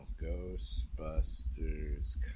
Ghostbusters